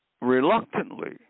reluctantly